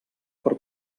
per